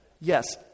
Yes